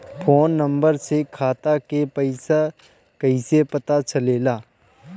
Phone number से खाता के पइसा कईसे पता चलेला?